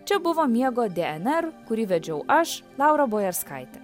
čia buvo miego dnr kurį vedžiau aš laura bojarskaitė